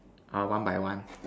or one by one